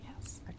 yes